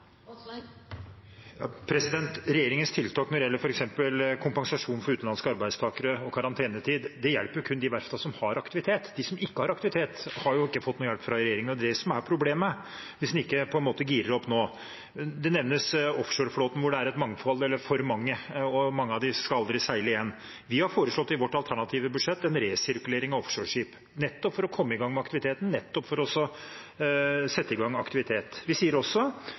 Regjeringens tiltak når det gjelder f.eks. kompensasjon for utenlandske arbeidstakere og karantenetid, hjelper kun de verftene som har aktivitet. De som ikke har aktivitet, har ikke fått noen hjelp fra regjeringen – det er det som er problemet, hvis en ikke girer opp nå. Offshoreflåten nevnes, hvor det er for mange, og at mange av dem aldri skal seile igjen. Vi har i vårt alternative budsjett foreslått en resirkulering av offshoreskip, nettopp for å komme i gang med aktiviteten og for å sette i gang aktivitet. Vi sier også